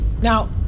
Now